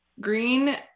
Green